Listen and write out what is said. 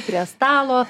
prie stalo